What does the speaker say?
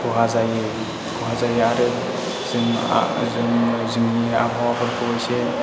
खहा जायो आरो जों जोंनि आबहावाफोरखौ इसे